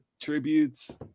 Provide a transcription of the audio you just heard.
tributes